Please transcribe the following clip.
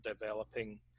developing